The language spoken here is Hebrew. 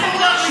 אבל צביקה,